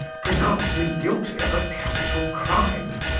pronounced me guilty of a capital crime,